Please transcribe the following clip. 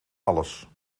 alles